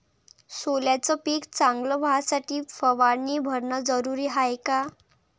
सोल्याचं पिक चांगलं व्हासाठी फवारणी भरनं जरुरी हाये का?